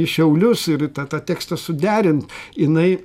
į šiaulius ir tą tą tėkstą suderin jinai